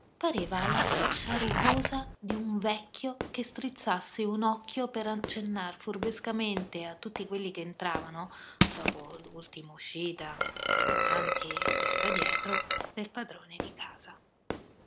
pareva la faccia rugosa di un vecchio che strizzasse un occhio per accennar furbescamente a tutti quelli che entravano dopo l'ultima uscita piedi avanti e testa dietro del padrone di casa